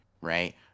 right